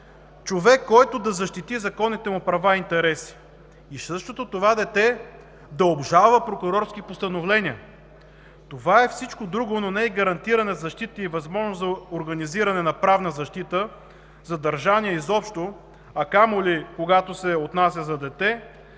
човек, който да защити законните му права и интереси и същото това дете да обжалва прокурорски постановления. Това е всичко друго, но не и гарантиране на защита и възможност за организиране на правна защита на задържания изобщо, а камо ли когато се отнася за дете.